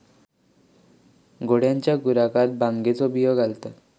घोड्यांच्या खुराकात भांगेचे बियो घालतत